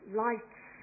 lights